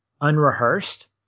unrehearsed